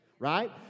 Right